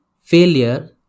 failure